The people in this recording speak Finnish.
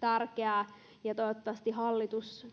tärkeää seurata ja toivottavasti hallitus